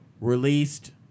released